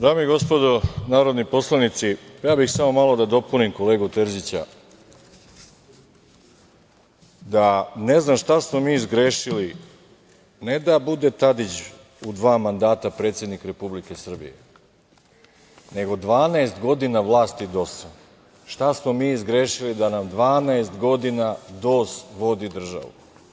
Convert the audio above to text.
Dame i gospodo narodni poslanici, ja bih samo malo da dopunim kolegu Terzića, da ne znam šta smo mi zgrešili ne da bude Tadić u dva mandata predsednik Republike Srbije, nego 12 godina vlasti DOS-a, šta smo mi zgrešili da nam 12 godina DOS vodi državu.